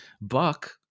Buck